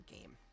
game